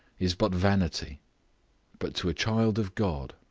is but vanity but to a child of god,